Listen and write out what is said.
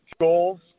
goals